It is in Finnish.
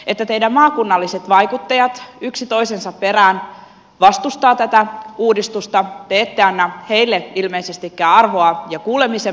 ette tiedä maakunnalliset vaikuttajat s yksi toisensa perään vastustaa tätä uudistusta ette anna heille ilmeisestikään arvoa kuulemisen